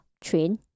train